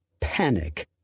Panic